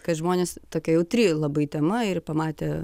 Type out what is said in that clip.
kad žmonės tokia jautri labai tema ir pamatę